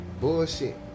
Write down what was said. bullshit